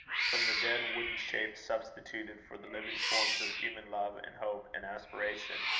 from the dead wooden shapes substituted for the living forms of human love and hope and aspiration,